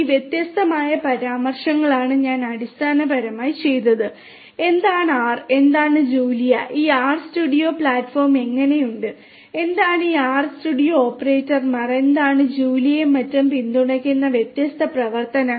ഈ വ്യത്യസ്തമായ പരാമർശങ്ങളാണ് ഞാൻ അടിസ്ഥാനപരമായി ചെയ്തത് എന്താണ് R എന്താണ് ജൂലിയ ഈ ആർസ്റ്റുഡിയോ പ്ലാറ്റ്ഫോം എങ്ങനെയുണ്ട് എന്താണ് ഈ അടിസ്ഥാന ഓപ്പറേറ്റർമാർ എന്താണ് ജൂലിയയിലും മറ്റും പിന്തുണയ്ക്കുന്ന വ്യത്യസ്ത പ്രവർത്തനങ്ങൾ